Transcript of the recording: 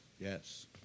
Yes